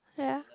ya